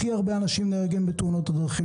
הכי הרבה אנשים נהרגים בתאונות דרכים,